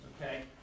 okay